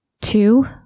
Two